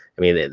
i mean,